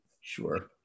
Sure